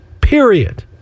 Period